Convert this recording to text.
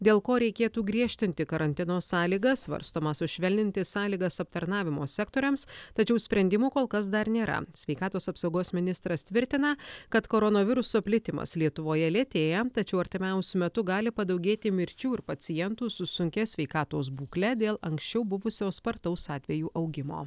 dėl ko reikėtų griežtinti karantino sąlygas svarstoma sušvelninti sąlygas aptarnavimo sektoriams tačiau sprendimų kol kas dar nėra sveikatos apsaugos ministras tvirtina kad koronaviruso plitimas lietuvoje lėtėja tačiau artimiausiu metu gali padaugėti mirčių ir pacientų su sunkia sveikatos būkle dėl anksčiau buvusio spartaus atvejų augimo